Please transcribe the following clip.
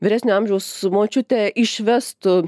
vyresnio amžiaus močiutę išvestų